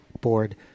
board